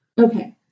Okay